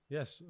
Yes